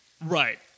right